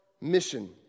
mission